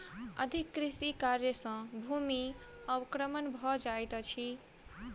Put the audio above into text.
अधिक कृषि कार्य सॅ भूमिक अवक्रमण भ जाइत अछि